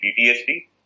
PTSD